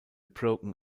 broken